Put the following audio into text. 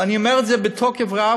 ואני אומר את זה בתוקף רב,